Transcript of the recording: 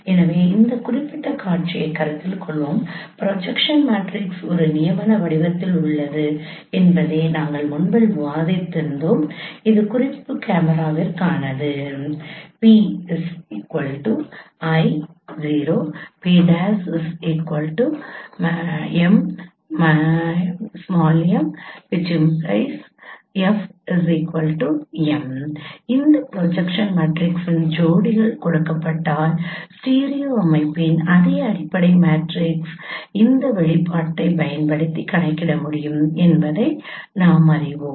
எனவே இந்த குறிப்பிட்ட காட்சியைக் கருத்தில் கொள்வோம் ப்ரொஜெக்ஷன் மேட்ரிக்ஸ் ஒரு நியமன வடிவத்தில் உள்ளது என்பதை நாங்கள் முன்பு விவாதித்திருந்தோம் இது குறிப்பு கேமராவிற்கானது 𝑃 𝐼|0 𝑃′ 𝑀|𝑚 → 𝐹 𝑚 இந்த ப்ரொஜெக்ஷன் மேட்ரிக்ஸின் ஜோடிகள் கொடுக்கப்பட்டால் ஸ்டீரியோ அமைப்பின் அதன் அடிப்படை மேட்ரிக்ஸ் இந்த வெளிப்பாட்டைப் பயன்படுத்தி கணக்கிட முடியும் என்பதை நாம் அறிவோம்